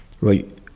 right